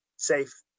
Safe